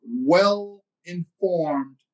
well-informed